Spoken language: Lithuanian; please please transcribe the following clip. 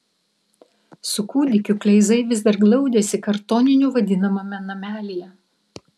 su kūdikiu kleizai vis dar glaudėsi kartoniniu vadinamame namelyje